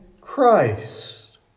Christ